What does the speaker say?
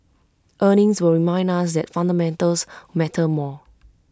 earnings will remind us that fundamentals matter more